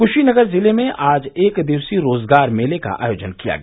कुशीनगर जिले में आज एक दिवसीय रोजगार मेले का आयोजन किया गया